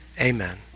Amen